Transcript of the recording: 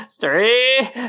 three